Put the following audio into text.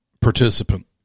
participant